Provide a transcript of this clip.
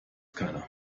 keiner